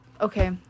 okay